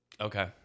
Okay